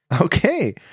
Okay